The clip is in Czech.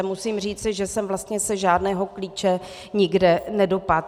Musím říci, že jsem se vlastně žádného klíče nikde nedopátrala.